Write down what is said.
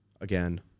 Again